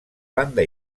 banda